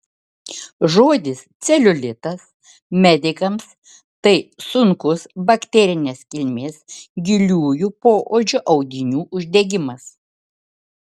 žodis celiulitas medikams tai sunkus bakterinės kilmės giliųjų poodžio audinių uždegimas